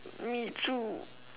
me too uh